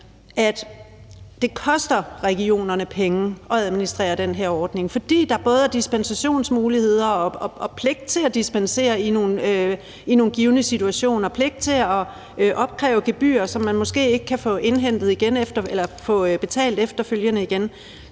at det koster regionerne penge at administrere den her ordning, fordi der både er dispensationsmuligheder og pligt til at dispensere i nogle givne situationer og pligt til at opkræve gebyrer, som man måske ikke kan få betalt igen efterfølgende.